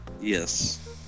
Yes